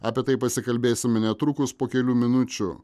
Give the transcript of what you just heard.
apie tai pasikalbėsime netrukus po kelių minučių